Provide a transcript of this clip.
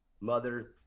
mother